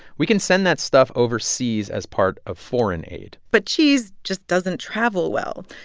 we can send that stuff overseas as part of foreign aid but cheese just doesn't travel well.